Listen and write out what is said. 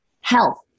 health